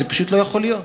זה פשוט לא יכול להיות.